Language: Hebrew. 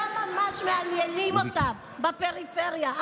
בוא נשמע מר אמר ראש עיריית קריית שמונה אביחי